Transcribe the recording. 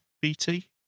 BT